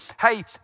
hey